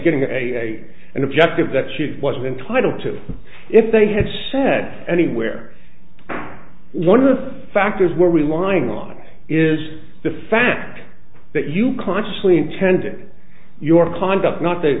getting a and objective that she was entitled to if they had said anywhere one of the factors we're relying on is the fact that you consciously intended your conduct not that